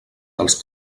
dels